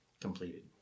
completed